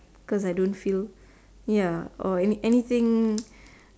because I don't feel or anything